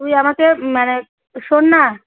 তুই আমাকে মানে শোন না